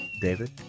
David